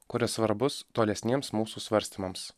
kuris svarbus tolesniems mūsų svarstymams